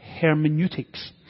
hermeneutics